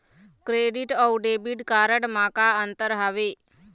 Credit अऊ debit card म का अंतर हावे?